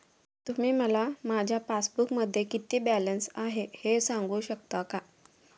तुम्ही मला माझ्या पासबूकमध्ये किती बॅलन्स आहे हे सांगू शकता का?